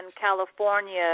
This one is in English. California